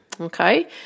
Okay